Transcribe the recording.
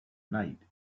night